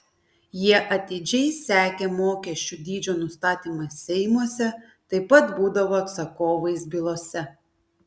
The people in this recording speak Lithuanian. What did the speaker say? jie atidžiai sekė mokesčių dydžio nustatymą seimuose taip pat būdavo atsakovais bylose